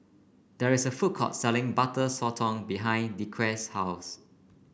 there is a food court selling Butter Sotong behind Dequan's house